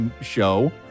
show